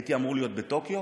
הייתי אמור להיות בטוקיו,